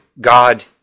God